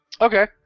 Okay